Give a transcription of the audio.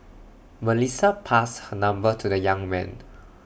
Melissa passed her number to the young man